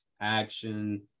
action